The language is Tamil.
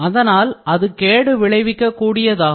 அதனால் அது கேடு விளைவிக்கக் கூடியதாகும்